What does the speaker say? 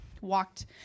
walked